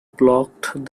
blocked